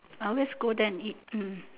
ah let's go there and eat hmm